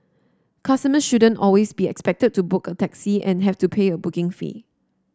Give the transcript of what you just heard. customer shouldn't always be expected to book a taxi and have to pay a booking fee